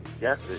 Yes